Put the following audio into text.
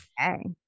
okay